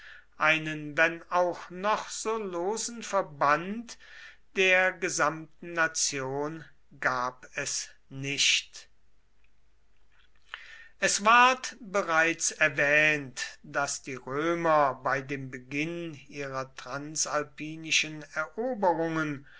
einen wenn auch noch so losen verband der gesamten nation gab es nicht es ward bereits erwähnt daß die römer bei dem beginn ihrer transalpinischen eroberungen